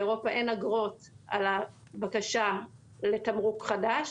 באירופה אין אגרות על בקשה לתמרוק חדש.